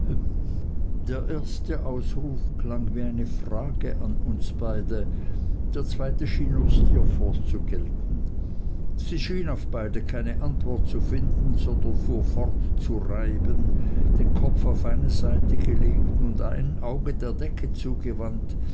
der erste ausruf klang wie eine frage an uns beide der zweite schien nur steerforth zu gelten sie schien auf beide keine antwort zu finden sondern fuhr fort zu reiben den kopf auf eine seite gelegt und ein auge der decke zugewandt